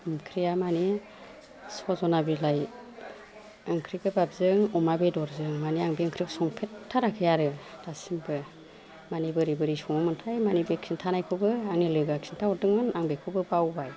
ओंख्रिया मानि सजना बिलाइ ओंख्रि गोबाबजों अमा बेदरजों मानि आं बे ओंख्रिखौ संफेदथाराखै आरो दासिमबो मानि बोरै बोरै सङोमोनथाय मानि बे खिन्थानायखौबो आंनि लोगोआ खिन्थाहददोंमोन आं बेखौबो बावबाय